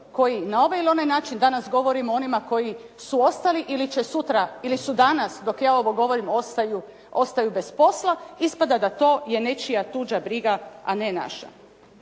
koji na ovaj ili onaj način danas govorimo o onima koji su ostali će sutra ili su danas dok ja ovo govorim ostaju bez posla ispada da to je nečija tuđa briga, a ne naša.